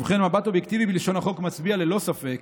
ובכן, מבט אובייקטיבי בלשון החוק מצביע ללא ספק